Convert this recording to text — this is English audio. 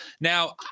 Now